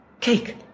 cake